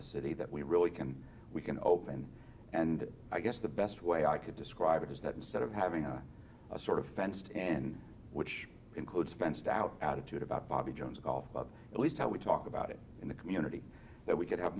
the city that we really can we can open and i guess the best way i could describe it is that instead of having a sort of fenced in which includes fenced out attitude about bobby jones golf club at least how we talk about it in the community that we could have